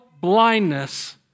blindness